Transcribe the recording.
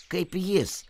kaip jis